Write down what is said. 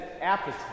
appetite